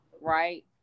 right